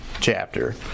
chapter